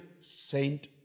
saint